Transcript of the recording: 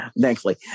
Thankfully